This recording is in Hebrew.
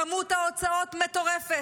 כמות ההוצאות מטורפת,